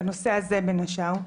בנושא הזה בין השאר,